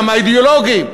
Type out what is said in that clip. גם אידיאולוגי,